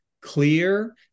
clear